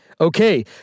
Okay